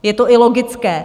Je to i logické.